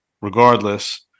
Regardless